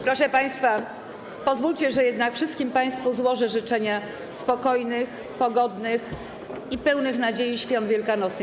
Proszę państwa, pozwólcie jednak, że wszystkim państwu złożę życzenia spokojnych, pogodnych i pełnych nadziei Świąt Wielkanocnych.